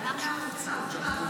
--- מאה אחוז, סליחה.